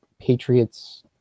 Patriots